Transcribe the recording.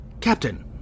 Captain